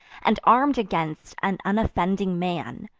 and arm'd against an unoffending man,